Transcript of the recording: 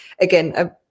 again